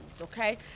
okay